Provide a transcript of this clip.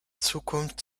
zukunft